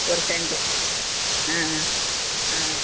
ஒரு செண்டு ஆ ஆ ஆ